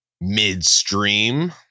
midstream